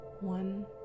one